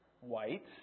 white